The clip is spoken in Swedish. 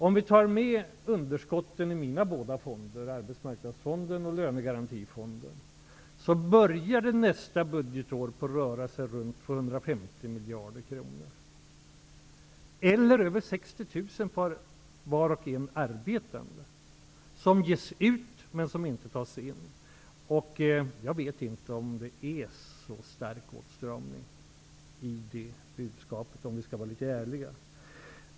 Om vi tar med underskotten i de två fonderna på mitt område -- börjar det nästa budgetår att röra sig om 250 miljarder kronor, eller över 60 000 på var och en arbetande, som ges ut men inte tas in. Jag vet inte om det budskapet innebär en så stark åtstramning.